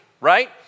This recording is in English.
Right